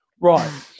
Right